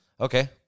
Okay